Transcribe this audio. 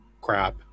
crap